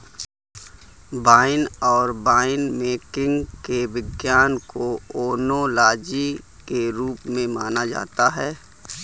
wine और winemaking के विज्ञान को ओनोलॉजी के रूप में जाना जाता है